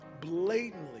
blatantly